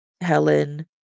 Helen